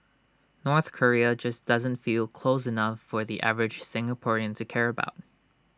North Korea just doesn't feel close enough for the average Singaporean to care about